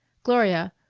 gloria,